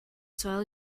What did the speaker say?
soil